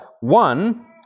one